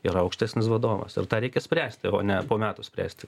yra aukštesnis vadovas ir tą reikia spręsti o ne po metų spręst tik